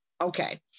okay